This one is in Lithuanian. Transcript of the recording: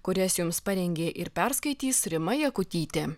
kurias jums parengė ir perskaitys rima jakutytė